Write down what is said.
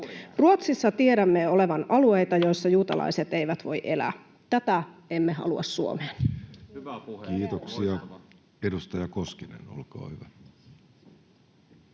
Ruotsissa tiedämme olevan alueita, joilla juutalaiset eivät voi elää. Tätä emme halua Suomeen. Kiitoksia. — Edustaja Koskinen, olkaa hyvä.